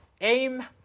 Aim